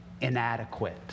inadequate